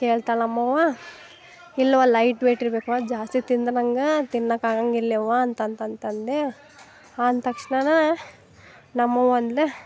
ಕೇಳ್ತಾಳೆ ನಮ್ಮವ್ವ ಇಲ್ಲವ ಲೈಟ್ ವೈಟ್ ಇರ್ಬೇಕವ ಜಾಸ್ತಿ ತಿಂದ್ರೆ ನಂಗೆ ತಿನ್ನಾಕಾಗಂಗಿಲ್ಲ ಯವ್ವಾ ಅಂತಂತಂತಂದೆ ಅಂದ ತಕ್ಷಣ ನಮ್ಮವ್ವ ಅಂದ್ಲು